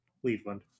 cleveland